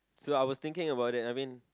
so I was thinking about that I mean